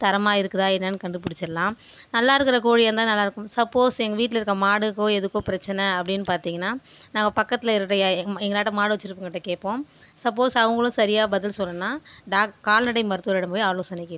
தரமாக இருக்குதுதா என்னெனு கண்டுபுடிச்சிடலாம் நல்லா இருக்கிற கோழியாருந்தால் நல்லாயிருக்கும் சப்போஸ் எங்கள் வீட்டில் இருக்கற மாடுக்கோ எதுக்கோ பிரச்சின அப்படினு பார்த்தீங்கனா நான் பக்கத்தில் எங்கனாட்டோம் மாடு வச்சிருக்கவங்கள்ட்ட கேட்போம் சப்போஸ் அவங்களும் சரியா பதில் சொல்லைலனா டாக் கால்நடை மருத்துவரிடம் போய் ஆலோசனை கேட்போ